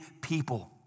people